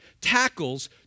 tackles